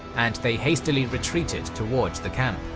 and they hastily retreated towards the camp.